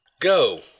Go